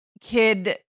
kid